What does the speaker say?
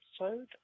episode